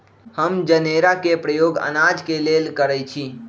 हम जनेरा के प्रयोग अनाज के लेल करइछि